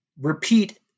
repeat